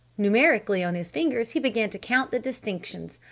numerically on his fingers he began to count the distinctions.